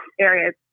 areas